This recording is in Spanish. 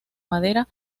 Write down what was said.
madera